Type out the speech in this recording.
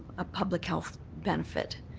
a public health benefit,